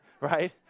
right